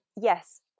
yes